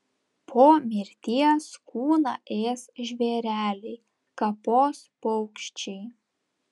po mirties kūną ės žvėreliai kapos paukščiai